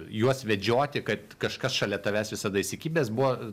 juos vedžioti kad kažkas šalia tavęs visada įsikibęs buvo